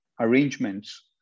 arrangements